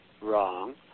wrong